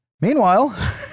Meanwhile